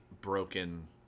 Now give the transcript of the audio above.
broken